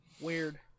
weird